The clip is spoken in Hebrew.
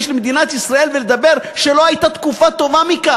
של מדינת ישראל ולהגיד שלא הייתה תקופה טובה מזו.